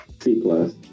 C-plus